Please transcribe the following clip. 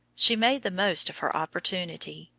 she made the most of her opportunity,